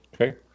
Okay